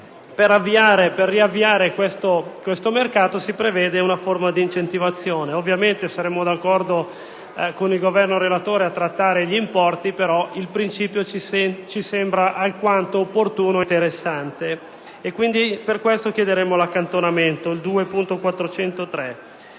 Per riavviare tale mercato, si prevede una forma di incentivazione; ovviamente saremmo d'accordo con il Governo e il relatore a trattare gli importi, ma il principio ci sembra alquanto opportuno e interessante. Quindi chiediamo l'accantonamento